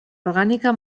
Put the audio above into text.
orgànica